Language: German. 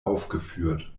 aufgeführt